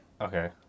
Okay